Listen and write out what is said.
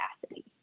capacity